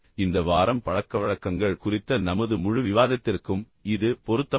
இந்த வாரம் பழக்கவழக்கங்கள் குறித்த நமது முழு விவாதத்திற்கும் இது பொருத்தமான முடிவாகும்